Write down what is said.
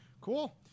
Cool